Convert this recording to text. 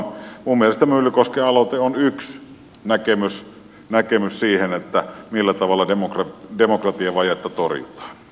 minun mielestäni myllykosken aloite on yksi näkemys siihen millä tavalla demokratiavajetta torjutaan